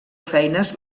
feines